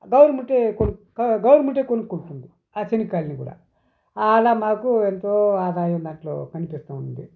government government కొనుకుంటుంది ఆ చెనిక్కాయల్ని కూడా అలా మాకు ఎంతో ఆదాయం దాంట్లో కనిపిస్తూ ఉంది